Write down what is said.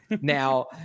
Now